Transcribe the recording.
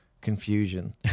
confusion